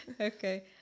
okay